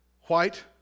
white